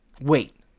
wait